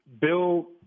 Bill